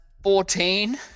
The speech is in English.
Fourteen